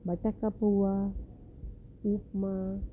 બટાકા પૌવા ઉપમા